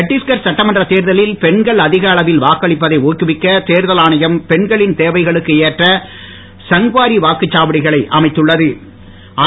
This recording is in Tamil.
சட்டீஷ்கர் சட்டமன்றத் தேர்தலில் பெண்கள் அதிகஅளவில் வாக்களிப்பதை ஊக்குவிக்க தேர்தல் ஆணையம் பெண்களின் தேவைகளுக்கு ஏற்ற சங்வாரி வாக்குச்சாவடிகளை அமைத்துள்ள து